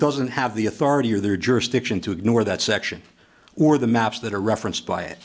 doesn't have the authority or their jurisdiction to ignore that section or the maps that are referenced by it